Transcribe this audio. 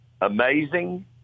amazing